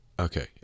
okay